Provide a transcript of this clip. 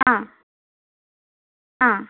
ആ ആ